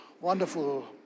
wonderful